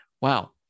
Wow